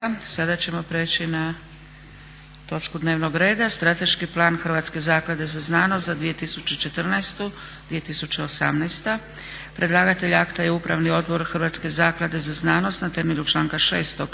**Zgrebec, Dragica (SDP)** 6. Strateški plan Hrvatske zaklade za znanost za 2014.-2018. Predlagatelj akta je Upravni odbor Hrvatske zaklade za znanost na temelju članka 6.